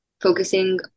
focusing